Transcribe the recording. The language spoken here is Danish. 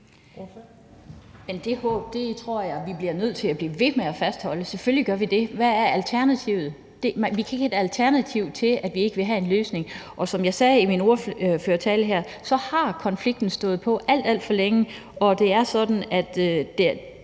Det håb tror jeg vi bliver nødt til at blive ved med at holde fast i. Selvfølgelig gør vi det. Hvad er alternativet? Vi kan ikke finde et alternativ til, at vi vil have den løsning. Som jeg sagde i min ordførertale, har konflikten stået på alt, alt for længe, og det er sådan, at